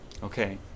Okay